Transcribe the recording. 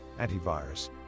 antivirus